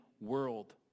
world